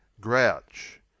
Grouch